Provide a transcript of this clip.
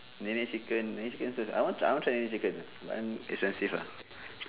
Nene chicken Nene chicken sia I want I want try Nene chicken but then expensive ah